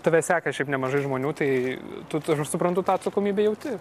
tave seka šiaip nemažai žmonių tai tu tu aš suprantu tą atsakomybę jauti